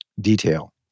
detail